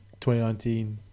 2019